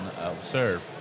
observe